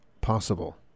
possible